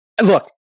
look